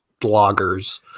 bloggers